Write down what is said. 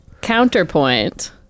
Counterpoint